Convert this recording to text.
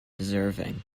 deserving